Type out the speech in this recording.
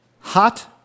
hot